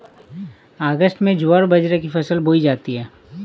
अगस्त में ज्वार बाजरा की फसल बोई जाती हैं